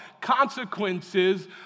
consequences